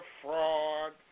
fraud